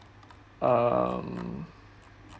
um